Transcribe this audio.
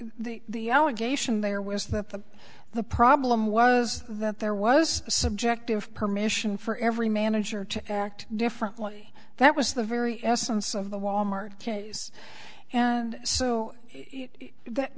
were the allegation there was that the the problem was that there was a subjective permission for every manager to act differently that was the very essence of the wal mart case and so